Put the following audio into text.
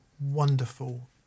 wonderful